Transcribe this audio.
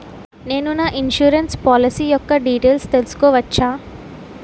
నేను నా insurance policy యెక్క డీటైల్స్ తెల్సుకోవచ్చా?